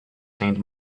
saint